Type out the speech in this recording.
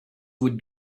would